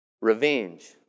Revenge